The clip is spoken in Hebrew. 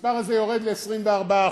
המספר יורד ל-24%.